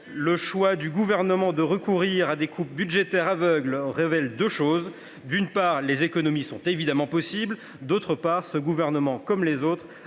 Le choix du Gouvernement de recourir à des coupes budgétaires aveugles révèle deux choses : d’une part, des économies sont évidemment possibles ; d’autre part, ce gouvernement, comme les autres,